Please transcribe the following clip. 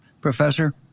Professor